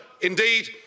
Indeed